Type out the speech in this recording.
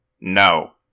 No